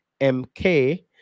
mk